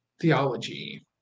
theology